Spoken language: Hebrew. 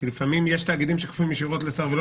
יש תאגידים שכפופים ישירות לשר ולא